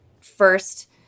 First